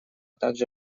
также